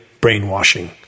brainwashing